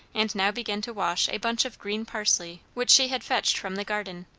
and now began to wash a bunch of green parsley which she had fetched from the garden,